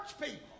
people